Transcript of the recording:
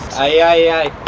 i